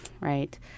right